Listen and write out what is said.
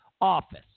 office